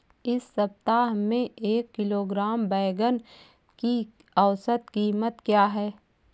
इस सप्ताह में एक किलोग्राम बैंगन की औसत क़ीमत क्या है?